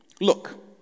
look